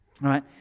Right